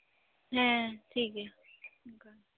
ᱦᱮᱸ ᱴᱷᱤᱠ ᱜᱮᱭᱟ